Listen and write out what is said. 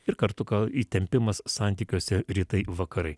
ir kartu įtempimas santykiuose rytai vakarai